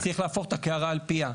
אז צריך להפוך את הקערה על פיה.